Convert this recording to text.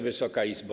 Wysoka Izbo!